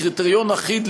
קריטריון אחיד,